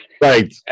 Right